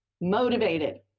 motivated